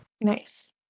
Nice